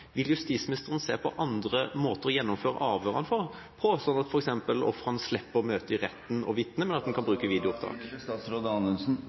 Vil justisministeren se på andre måter å gjennomføre avhørene på, sånn at f.eks. ofrene slipper å møte i retten og vitne? Det er en